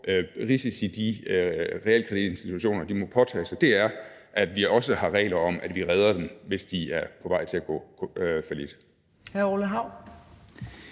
risici realkreditinstitutionerne må påtage sig. Det er, fordi vi også har regler om, at vi redder dem, hvis de er på vej til at gå fallit.